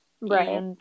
Right